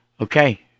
Okay